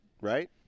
right